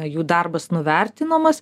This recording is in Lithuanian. jų darbas nuvertinamas